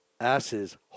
asses